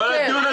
ביזיון.